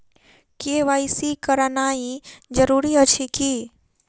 KYC करानाइ जरूरी अछि की?